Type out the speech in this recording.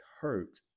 hurt